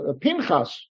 Pinchas